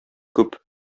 күп